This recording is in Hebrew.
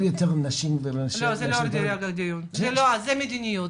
יותר לנשים מאשר --- זה מדיניות,